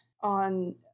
on